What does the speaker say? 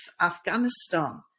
Afghanistan